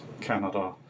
Canada